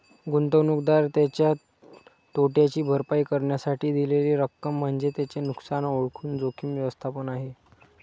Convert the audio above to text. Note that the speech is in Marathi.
गुंतवणूकदार त्याच्या तोट्याची भरपाई करण्यासाठी दिलेली रक्कम म्हणजे त्याचे नुकसान ओळखून जोखीम व्यवस्थापन आहे